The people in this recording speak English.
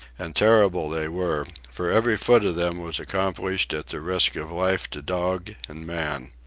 and terrible they were, for every foot of them was accomplished at the risk of life to dog and man.